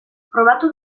probatu